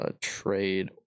trade